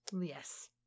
Yes